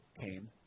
came